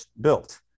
built